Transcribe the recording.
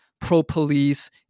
pro-police